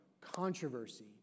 controversy